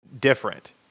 different